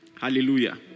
hallelujah